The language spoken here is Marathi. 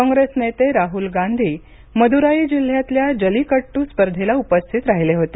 काँप्रेस नेते राहूल गांधी मद्राई जिल्ह्यातल्या जल्लीकड्ट स्पर्धेला उपस्थित राहिले होते